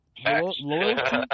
Loyalty